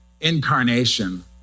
incarnation